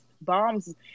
bombs